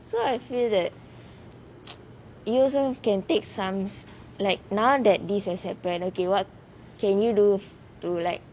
so I feel that user can take sums like now that this has happen okay what can you do to like